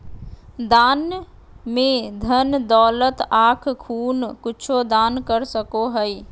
दान में धन दौलत आँख खून कुछु दान कर सको हइ